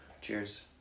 Cheers